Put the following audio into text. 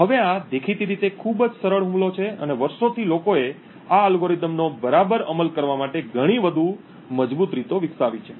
હવે આ દેખીતી રીતે ખૂબ જ સરળ હુમલો છે અને વર્ષોથી લોકોએ આ અલ્ગોરિધમનો બરાબર અમલ કરવા માટે ઘણી વધુ મજબૂત રીતો વિકસાવી છે